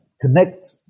connect